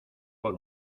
por